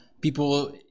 people